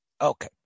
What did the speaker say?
Okay